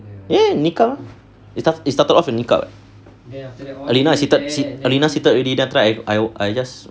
ya nikah it started off with nikah alina seated alina seated already then after that I I just